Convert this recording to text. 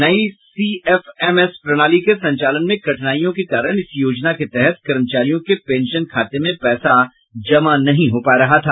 नई सीएफएमएस प्रणाली के संचालन में कठिनाईयों के कारण इस योजना के तहत कर्मचारियों के पेंशन खाते में पैसा जमा नहीं हो पा रहा था